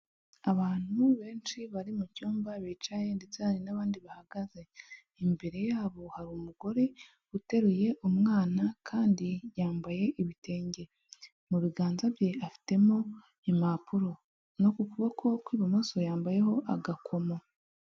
Abantu benshi bari mu cyumba bicaye ndetse hari n'abandi bahagaze. Imbere yabo hari umugore uteruye umwana kandi yambaye ibitenge. Mu biganza bye afitemo impapuro. No ku kuboko kw'ibumoso yambayeho agakomo.